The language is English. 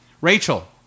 Rachel